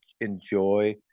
enjoy